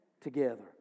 together